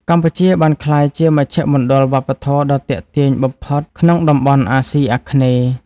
កម្ពុជាបានក្លាយជាមជ្ឈមណ្ឌលវប្បធម៌ដ៏ទាក់ទាញបំផុតក្នុងតំបន់អាស៊ីអាគ្នេយ៍។